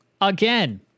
again